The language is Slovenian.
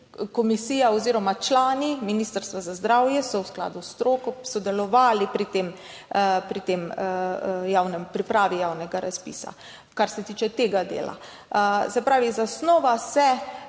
Komisija oziroma člani Ministrstva za zdravje so v skladu s stroko sodelovali pri pripravi javnega razpisa, kar se tiče tega dela. Se pravi, zasnova se